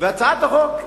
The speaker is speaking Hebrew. הצעת החוק,